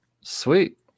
Sweet